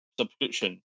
subscription